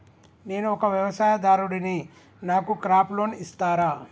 నేను ఒక వ్యవసాయదారుడిని నాకు క్రాప్ లోన్ ఇస్తారా?